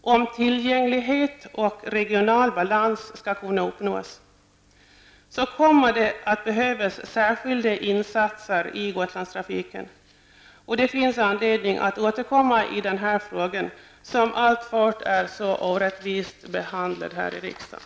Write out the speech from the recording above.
om tillgänglighet och regional balans skall kunna uppnås, kommer det att behövas särskilda insatser i Gotlandstrafiken. Det finns anledning att återkomma i denna fråga, som alltfort är orättvist behandlad här i riksdagen.